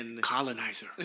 Colonizer